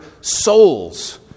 souls